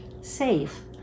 safe